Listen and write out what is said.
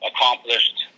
accomplished